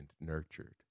nurtured